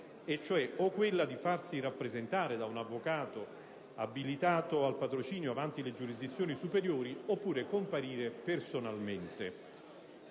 cioè o quella di farsi rappresentare da un avvocato abilitato al patrocinio avanti le giurisdizioni superiori oppure quella di comparire «personalmente».